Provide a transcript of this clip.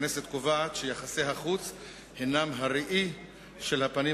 הכנסת קובעת שיחסי החוץ הם הראי של הפנים